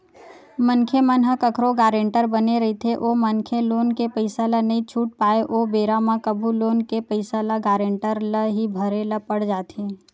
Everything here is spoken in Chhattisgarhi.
मनखे मन ह कखरो गारेंटर बने रहिथे ओ मनखे लोन के पइसा ल नइ छूट पाय ओ बेरा म कभू लोन के पइसा ल गारेंटर ल ही भरे ल पड़ जाथे